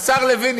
השר לוין,